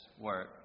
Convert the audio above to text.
work